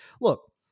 Look